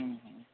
ହୁଁ ହୁଁ